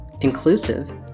inclusive